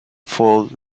fold